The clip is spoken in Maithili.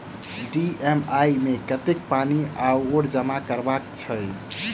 ई.एम.आई मे कतेक पानि आओर जमा करबाक छैक?